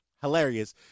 Hilarious